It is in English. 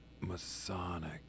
Masonic